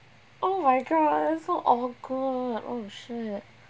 oh my god it's so awkward oh shit